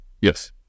Yes